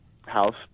house